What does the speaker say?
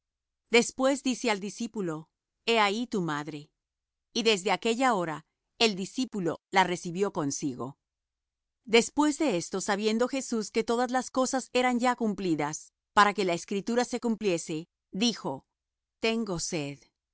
después dice al discípulo he ahí tu madre y desde aquella hora el discípulo la recibió consigo después de esto sabiendo jesús que todas las cosas eran ya cumplidas para que la escritura se cumpliese dijo sed